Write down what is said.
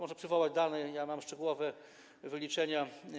Można przywołać dane, mam szczegółowe wyliczenia.